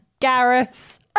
Garrus